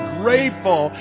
grateful